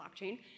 blockchain